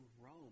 Rome